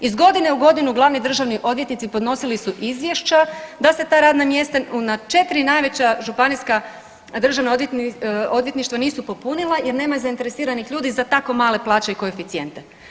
Iz godine u godinu glavni državni odvjetnici podnosili su izvješća da se ta radna mjesta na četiri najveća županijska državna odvjetništva nisu popunila jer nema zainteresiranih ljudi za tako male plaće i koeficijente.